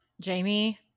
Jamie